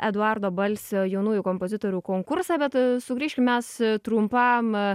eduardo balsio jaunųjų kompozitorių konkursą bet sugrįžkim mes trumpam